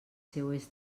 seues